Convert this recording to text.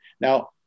Now